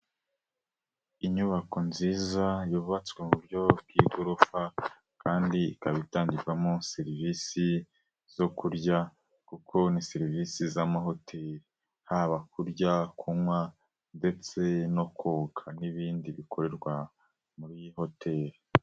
Inyubako nziza yubatswe mu buryo bw'igorofa kandi ikaba itangirwamo serivisi zo kurya kuko ni serivisi z'amahoteli, haba kurya, kunywa ndetse no koga n'ibindi bikorerwa muri hoteli.